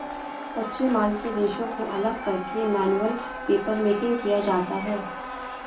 कच्चे माल से रेशों को अलग करके मैनुअल पेपरमेकिंग किया जाता है